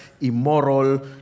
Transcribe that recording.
immoral